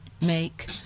make